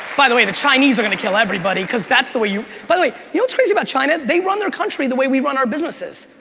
by the way, the chinese are gonna kill everybody because that's the way you, by the way, you know what's crazy about china? they run their country the way we run our businesses.